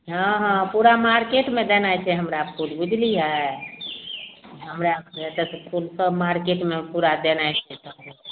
हँ हँ पूरा मार्केटमे देनाइ छै हमरा फूल बुझलियै हमरासँ एतऽसँ फूल सब मार्केटमे पूरा देनाइ छै